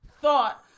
thought